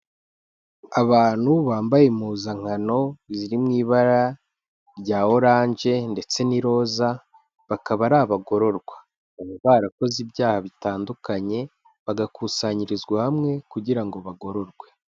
Abantu bambaye impuzankano ziri mu ibara rya oranje ndetse n'iroza, bakaba ari abagororwa. Baba barakoze ibyaha bitandukanye, bagakusanyirizwa hamwe kugira ngo bagororwe.